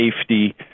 safety